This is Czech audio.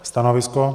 Stanovisko?